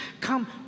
Come